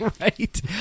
right